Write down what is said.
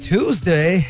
Tuesday